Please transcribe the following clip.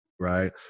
Right